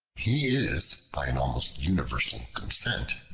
he is, by an almost universal consent,